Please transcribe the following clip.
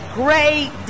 great